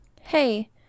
hey